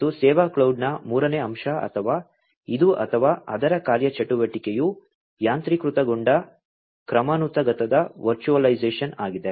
ಮತ್ತು ಸೇವಾ ಕ್ಲೌಡ್ನ ಮೂರನೇ ಅಂಶ ಅಥವಾ ಇದು ಅಥವಾ ಅದರ ಕಾರ್ಯಚಟುವಟಿಕೆಯು ಯಾಂತ್ರೀಕೃತಗೊಂಡ ಕ್ರಮಾನುಗತದ ವರ್ಚುವಲೈಸೇಶನ್ ಆಗಿದೆ